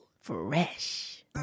Fresh